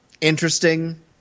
interesting